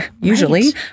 usually